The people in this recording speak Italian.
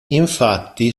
infatti